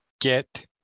Get